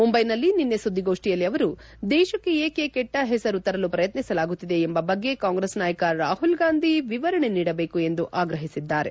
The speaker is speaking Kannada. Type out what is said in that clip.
ಮುಂಬೈನಲ್ಲಿ ನಿನ್ನೆ ಸುದ್ದಿಗೋಷ್ಠಿಯಲ್ಲಿ ಅವರು ದೇಶಕ್ಕೆ ಏಕೆ ಕೆಟ್ಟ ಹೆಸರು ತರಲು ಪ್ರಯತ್ನಿಸಲಾಗುತ್ತಿದೆ ಎಂಬ ಬಗ್ಗೆ ಕಾಂಗ್ರೆಸ್ ನಾಯಕ ರಾಹುಲ್ ಗಾಂಧಿ ವಿವರಣೆ ನೀಡಬೇಕು ಎಂದು ಆಗ್ರಹಿಸಿದ್ದಾರೆ